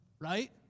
right